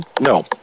No